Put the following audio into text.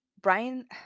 Brian